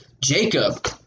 Jacob